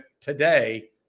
today